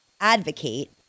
advocate